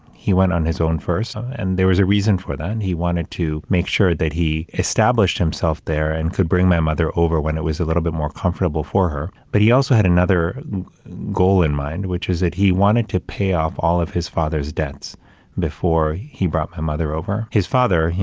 he went on his own first and there was a reason for that and he wanted to make sure that he established himself there and could bring my mother over when it was a little bit more comfortable for her. but he also had another goal in mind, which is that he wanted to pay off all of his father's debts before he brought my mother over. his father,